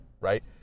right